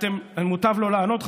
מוטב לא לענות,